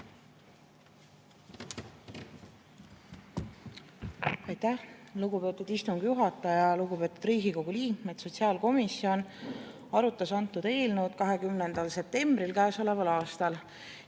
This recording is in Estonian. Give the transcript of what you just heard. Aitäh, lugupeetud istungi juhataja! Lugupeetud Riigikogu liikmed! Sotsiaalkomisjon arutas antud eelnõu [12.] septembril käesoleval aastal.